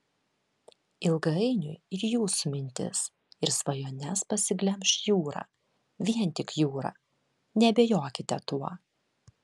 ilgainiui ir jūsų mintis ir svajones pasiglemš jūra vien tik jūra neabejokite tuo